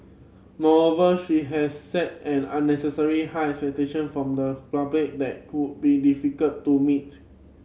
moreover she has set an unnecessary high expectation from the public that could be difficult to meet